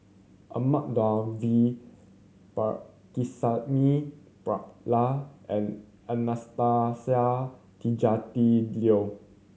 Ahmad Daud V Pakirisamy Pillai and Anastasia Tjendri Liew